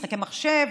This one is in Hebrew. משחקי מחשב,